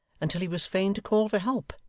until he was fain to call for help,